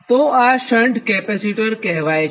તો આ shunt capacitor કહેવાય છે